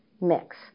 mix